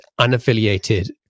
unaffiliated